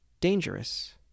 dangerous